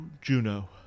Juno